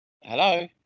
hello